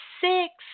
six